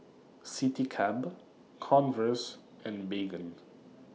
Citycab Converse and Baygon